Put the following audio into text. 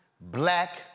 black